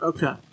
Okay